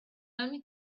only